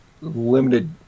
limited